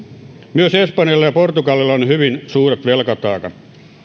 myös espanjalla ja portugalilla on hyvin suuret velkataakat